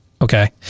okay